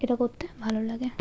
এটা করতে ভালো লাগে